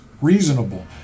reasonable